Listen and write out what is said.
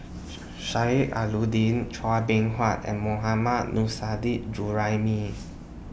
Sheik Alau'ddin Chua Beng Huat and Mohammad Juraimi